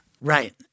Right